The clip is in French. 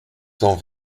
cent